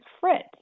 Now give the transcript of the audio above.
Fritz